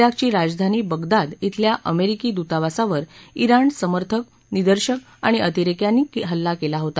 जिकची राजधानी बगदाद खिल्या अमेरिकी दुतावासावर जिण समर्थक निदर्शक आणि अतिरेक्यांनी हल्ला केला होता